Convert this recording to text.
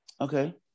Okay